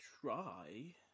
try